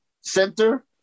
center